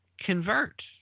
convert